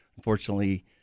Unfortunately